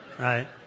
Right